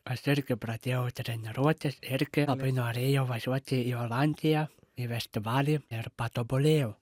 aš irgi pradėjau treniruotis irgi labai norėjau važiuoti į olandiją į vestivalį ir patobulėjau